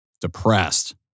depressed